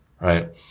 Right